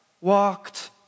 walked